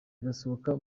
basohoka